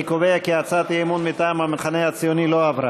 אני קובע כי הצעת האי-אמון מטעם המחנה הציוני לא עברה.